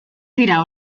dira